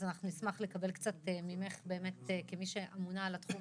אז נשמח לקבל ממך נתונים, כמי שאמונה על התחום